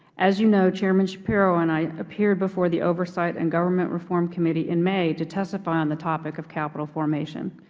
as you know, chairman schapiro and i appeared before the oversight and government reform committee in may to testify on the topic of capital formation.